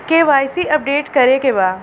KYC update करे के बा?